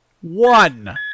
one